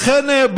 לכן,